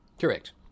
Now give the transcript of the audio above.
correct